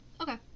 Okay